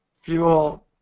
fuel